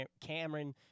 Cameron